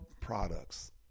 products